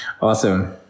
Awesome